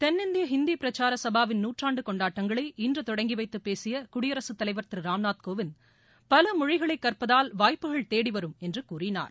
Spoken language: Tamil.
தென்னிந்திய இந்தி பிரச்சார சபாவின் நூற்றாண்டு கொண்டாட்டங்களை இன்று தொடங்கிவைத்து பேசிய குடியரசுத் தலைவர் திரு ராம்நாத் கோவிந்த் பல மொழிகளை கற்பதால் வாய்ப்புகள் தேடிவரும் என்று கூறினார்